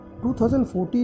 2014